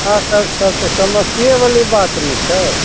हँ ई सब समस्येवाली ने बात छै